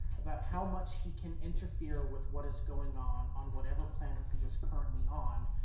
about how much he can interfere with what is going on, on whatever planet he is currently on,